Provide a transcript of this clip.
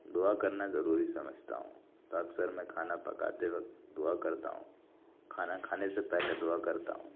دعا کرنا ضروری سمجھتا ہوں تو اکثر میں کھانا پکاتے وقت دعا کرتا ہوں کھانا کھانے سے پہلے دعا کرتا ہوں